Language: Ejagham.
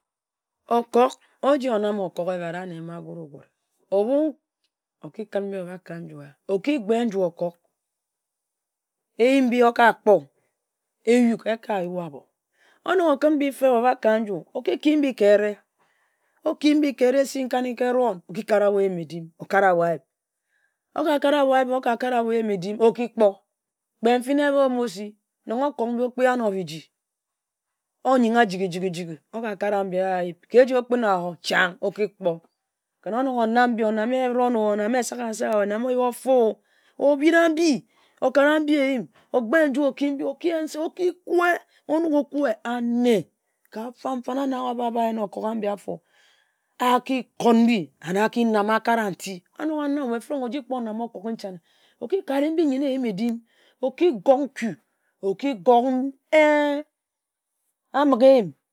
Okok, oji onam okok ehbre ane ma agure-ogure, ohbu oki kǝn mbi obak ka nju eh ya, oki gbe njor okok, eyim nbi oka kpor, eyok eka yue ahbor. Onok O kǝn mbi feb o bak ka nju, ki mbi ka ehre. Oki mbi ka ehre esi nkani-ka ehron, oki kare ahbor eyim-edim, okare ahbor ayib. Oka kare ahbor eyim-edim, oka kare ahbor a-yib oka kare ahbor eyim-edim oki kpor. Kpe nfin ehbie Omosi. Nong akok mbi okpi anor biji oyingha jigi-jigi jigi oka kare mbi ayib, eji okpina-o, chang oki kpor. Onok onam, kpe onam ehron-o, esagasa-o, onam bofor-o, ohbira mbi, okara mbi eyim, Ogbe nju oki mbi, oki yhen mbi se oki kue. Onok okue, ane ka fan-fan, anok ahba yhen okok ambi-afor, aki kot mbi and aki nam akare nti. Anok ah nam, we fen-erong oji kpor nam okok enchane. Oki kare mbi yen-ne nyen ehim edim. Oki gog nkue, oki gog eh